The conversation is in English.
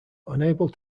unable